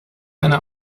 eine